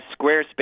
Squarespace